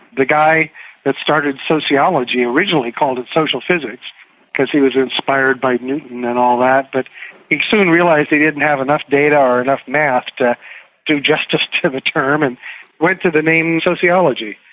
the guy that started sociology originally called it social physics because he was inspired by newton and all that, but he soon realised he didn't have enough data or enough maths to do justice to the term and went to the name sociology.